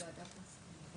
--- ועדת הסכמות.